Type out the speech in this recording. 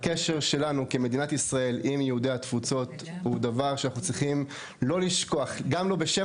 הקשר שלנו ליהודי התפוצות הוא דבר שעלינו לזכור הן בשם